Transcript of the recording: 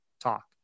talk